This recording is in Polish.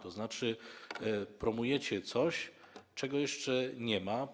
To znaczy promujecie coś, czego jeszcze nie ma.